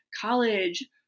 college